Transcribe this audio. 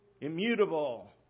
Immutable